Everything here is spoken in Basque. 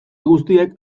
guztiek